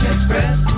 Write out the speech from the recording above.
Express